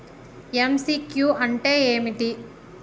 MCQ అంటే ఏమిటి?